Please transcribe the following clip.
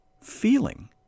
feeling